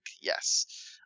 yes